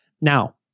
Now